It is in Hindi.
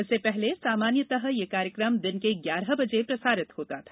इससे पहले सामान्यतया यह कार्यक्रम दिन के ग्यारह बजे प्रसारित होता था